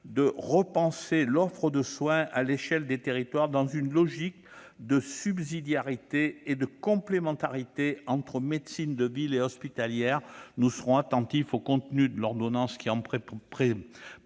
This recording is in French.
de repenser l'offre de soins à l'échelle des territoires, dans une logique de subsidiarité et de complémentarité entre médecine de ville et médecine hospitalière. Nous serons attentifs au contenu de l'ordonnance qui en précisera